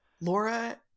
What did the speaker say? laura